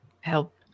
help